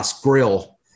grill